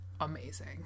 amazing